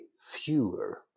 fewer